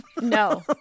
no